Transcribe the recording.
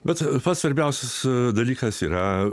bet pats svarbiausias dalykas yra